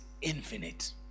infinite